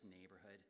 neighborhood